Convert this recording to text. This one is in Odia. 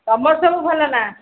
ତମର ସବୁ ଭଲ ନା